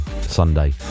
Sunday